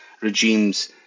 regime's